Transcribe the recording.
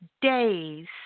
days